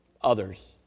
others